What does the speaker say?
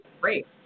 great